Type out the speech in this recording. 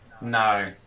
no